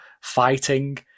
fighting